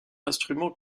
instrument